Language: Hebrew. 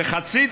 וחצי,